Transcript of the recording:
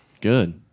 Good